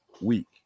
week